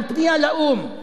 על פנייה לאו"ם.